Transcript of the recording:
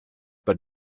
but